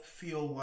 feel